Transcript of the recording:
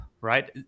right